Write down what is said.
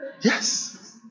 Yes